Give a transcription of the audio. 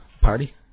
party